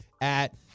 at-